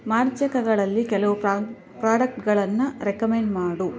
ಮಾರ್ಜಕಗಳಲ್ಲಿ ಕೆಲವು ಪ್ರಾಡಕ್ಟ್ಗಳನ್ನು ರೆಕಮೆಂಡ್ ಮಾಡು